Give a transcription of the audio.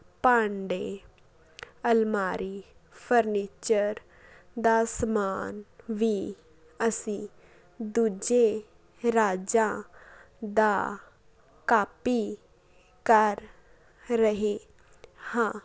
ਭਾਂਡੇ ਅਲਮਾਰੀ ਫਰਨੀਚਰ ਦਾ ਸਮਾਨ ਵੀ ਅਸੀਂ ਦੂਜੇ ਰਾਜਾਂ ਦਾ ਕਾਪੀ ਕਰ ਰਹੇ ਹਾਂ